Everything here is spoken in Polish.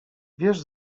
wiesz